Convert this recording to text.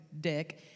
dick